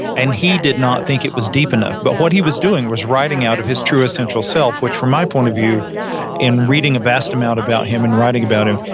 and he did not think it was deep enough, but what he was doing was riding out of his true essential self, which from my point of view in reading a vast amount about him and writing about him,